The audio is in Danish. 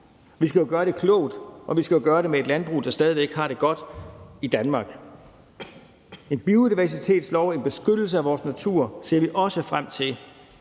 Vi skal jo gøre det klogt, og vi skal gøre det med et landbrug, der stadig væk har det godt i Danmark. En biodiversitetslov, en beskyttelse af vores natur ser vi også frem til